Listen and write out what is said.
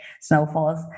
snowfalls